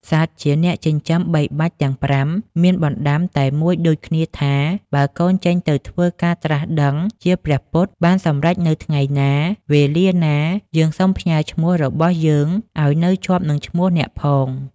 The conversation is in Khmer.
សត្វជាអ្នកចិញ្ចឹមបីបាច់ទាំង ៥ មានបណ្តាំតែមួយដូចគ្នាថា "បើកូនចេញទៅធ្វើការត្រាស់ដឹងជាព្រះពុទ្ធ បានសម្រេចនៅថ្ងៃណា វេលាណា យើងសូមផ្ញើឈ្មោះរបស់យើង ឲ្យនៅជាប់នឹងឈ្មោះអ្នកផង!”។